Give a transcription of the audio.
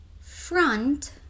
front